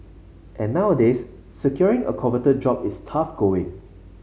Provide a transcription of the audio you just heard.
and nowadays securing a coveted job is tough going